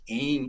em